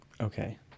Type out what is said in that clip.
Okay